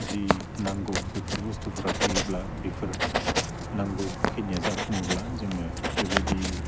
जि नांगौ बेफोर बस्थुफोरा फैयोब्ला बेफोर नांगौखिनिया जाफुङोब्ला जोङो बेबायदि